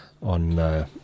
on